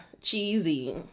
cheesy